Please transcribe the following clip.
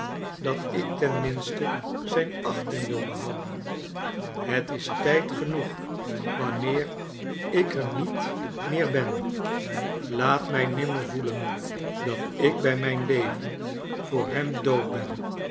dat ik ten minste zijn achting wil behouden het is tijd genoeg wanneer ik er niet meer ben laat mij nimmer voelen dat ik bij mijn leven voor hem dood ben